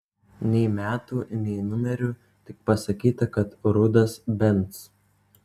nei metų nei numerių tik pasakyta kad rudas benz